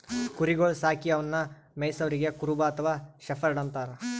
ಕುರಿಗೊಳ್ ಸಾಕಿ ಅವನ್ನಾ ಮೆಯ್ಸವರಿಗ್ ಕುರುಬ ಅಥವಾ ಶೆಫರ್ಡ್ ಅಂತಾರ್